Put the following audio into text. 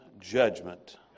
judgment